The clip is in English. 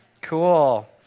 Cool